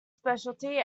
specialty